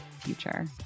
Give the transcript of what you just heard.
future